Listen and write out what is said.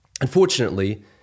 Unfortunately